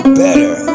better